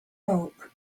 bulk